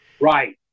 Right